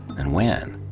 and when?